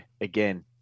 again